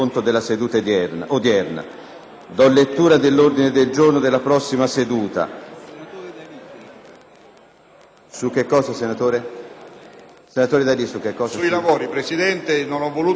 Signor Presidente, non ho voluto interromperla durante la sua ottima conduzione dei lavori dell'Assemblea, ma vorrei avere semplicemente due chiarimenti.